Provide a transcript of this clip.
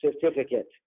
certificate